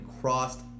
crossed